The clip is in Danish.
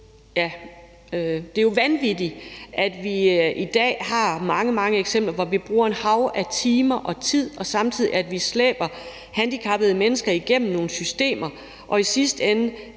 at det er vanvittigt, at vi i dag har mange, mange eksempler på, at vi bruger et hav af timer, mens vi samtidig slæber handicappede mennesker igennem nogle systemer, og i sidste ende